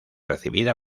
recibida